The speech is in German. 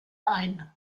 ein